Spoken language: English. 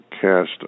cast